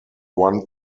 one